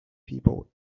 people